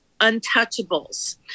untouchables